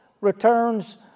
returns